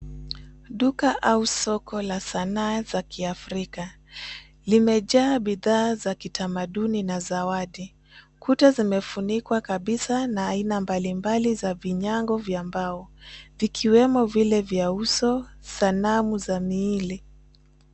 Duka au soko la sana za Kiafrika, limejaa bidhaa za kitamaduni na zawadi, kuta zimefunikwa kabisa na aina mbalimbali za vinyago vya mbao vikiwemo vile vya uso, sanamu za miili.